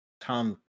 Tom